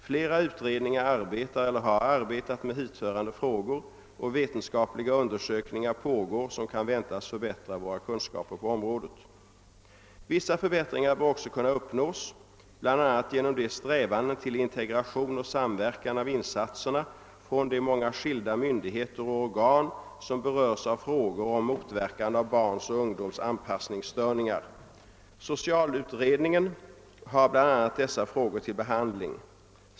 Flera utredningar arbetar eller har arbetat med hithörande frågor, och det pågår vetenskapliga undersökningar som kan väntas förbättra våra kunskaper på området. Vissa förbättringar bör också kunna uppnås bl.a. genom de strävanden till integration och samverkan av insatserna från de många skilda myndigheter och organ som berörs av frågor om motverkande av barns och ungdoms anpassningsstörningar. Socialutredningen har bl.a. dessa frågor till behandling.